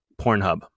Pornhub